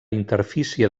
interfície